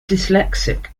dyslexic